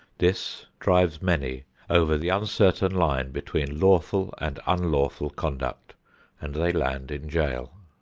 this drives many over the uncertain line between lawful and unlawful conduct and they land in jail.